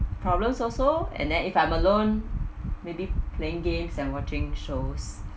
problems also and then if I'm alone maybe playing games and watching shows